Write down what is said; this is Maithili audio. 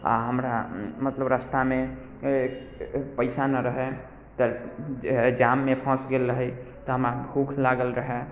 आओर हमरा मतलब रास्तामे पइसा नहि रहै तऽ जाममे फँसि गेल रहै तऽ हमरा भूख लागल रहै